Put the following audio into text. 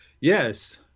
Yes